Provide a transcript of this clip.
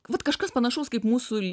vat kažkas panašaus kaip mūsų